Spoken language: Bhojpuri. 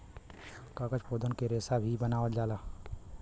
कागज पौधन के रेसा से ही बनावल जाला